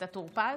אתה טור פז?